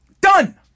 Done